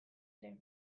ere